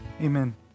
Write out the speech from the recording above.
Amen